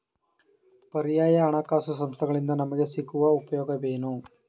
ಪರ್ಯಾಯ ಹಣಕಾಸು ಸಂಸ್ಥೆಗಳಿಂದ ನಮಗೆ ಸಿಗುವ ಉಪಯೋಗವೇನು?